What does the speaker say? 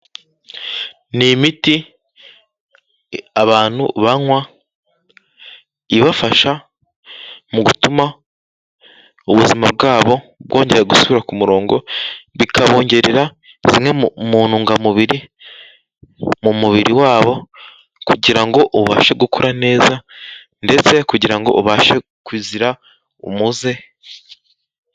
Ni imiti abantu banywa, ibafasha mu gutuma ubuzima bwabo, bwongera gusubira ku murongo, bikabongerera zimwe mu ntungamubiri, mu mubiri wabo, kugira ngo ubashe gukora neza, ndetse kugira ngo ubashe kuzira umuze.